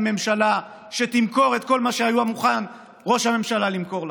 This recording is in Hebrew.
ממשלה שתמכור את כל מה שמוכן ראש הממשלה למכור לכם.